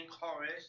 chorus